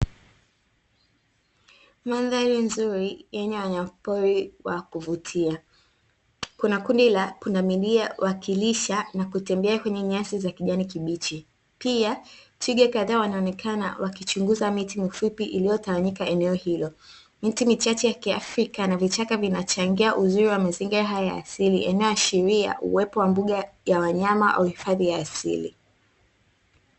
Mandhari nzuri yenye wanyamapori wa kuvutia. Kuna kundi la pundamilia wakilisha na kutembea kwenye nyasi za kijani kibichi, pia twiga kadhaa wanaonekana wakichunguza miti mifupi iliyotawanyika eneo hilo. Miti michache ya kiafrika na vichaka vinachangia uzuri wa mazingira hayo ya asili, inayoashiria uwepo wa mbuga ya wanyama au hifadhi wa asili.